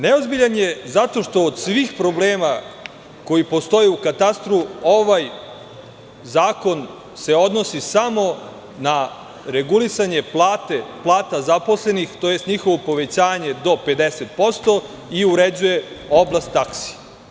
Neozbiljan je zato što od svih problema koji postoje u katastru, ovaj zakon se odnosi samo na regulisanje plata zaposlenih, tj. njihovo povećanje do 50% i uređuje oblast taksi.